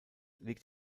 liegt